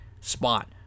spot